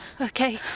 Okay